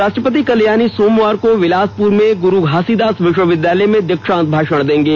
राष्ट्रपति कल यानी सोमवार को बिलासपुर में गुरु घासीदास विश्वविद्यालय में दीक्षांत भाषण देंगे